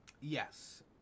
yes